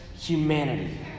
humanity